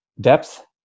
depth